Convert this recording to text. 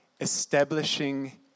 establishing